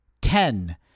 ten